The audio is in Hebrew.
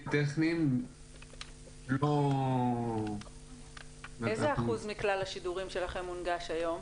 --- טכניים לא- -- איזה אחוז מכלל השידורים שלכם מונגש היום?